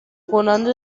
کننده